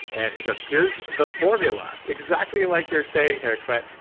and he goes here's the formula, exactly like you're saying here clint.